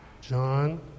John